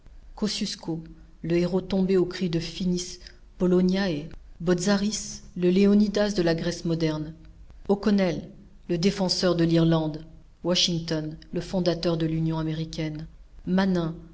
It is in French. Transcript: kosciusko le héros tombé au cri de finis polonioe botzaris le léonidas de la grèce moderne o'connell le défenseur de l'irlande washington le fondateur de l'union américaine manin